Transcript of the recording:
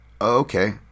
okay